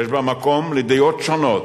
יש בה מקום לדעות שונות,